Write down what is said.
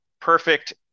Perfect